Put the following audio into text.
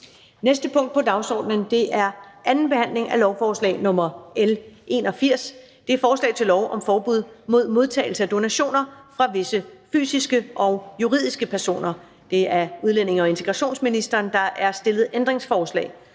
næste punkt på dagsordenen er: 24) 2. behandling af lovforslag nr. L 81: Forslag til lov om forbud mod modtagelse af donationer fra visse fysiske og juridiske personer. Af udlændinge- og integrationsministeren (Mattias Tesfaye).